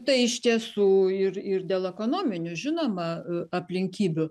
tai iš tiesų ir ir dėl ekonominių žinoma aplinkybių